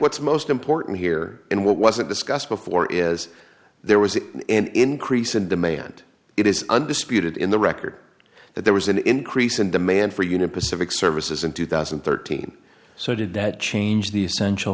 what's most important here and what wasn't discussed before is there was an increase in demand it is undisputed in the record that there was an increase in demand for union pacific services in two thousand and thirteen so did that change the essential